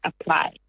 apply